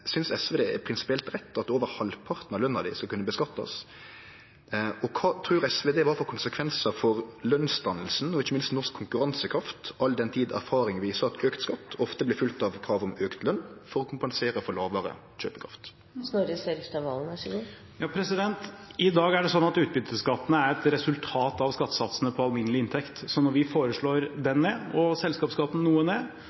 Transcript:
Synest SV at det er prinsipielt rett at over halvparten av løna skal kunne skattleggjast? Kva slags konsekvensar trur SV at det vil ha for lønsdanninga og ikkje minst for norsk konkurransekraft, all den tid erfaring viser at auka skatt ofte blir følgd av krav om auka løn for å kompensere for lågare kjøpekraft? I dag er det sånn at utbytteskatten er et resultat av skattesatsene på alminnelig inntekt, så når vi foreslår at den